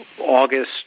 August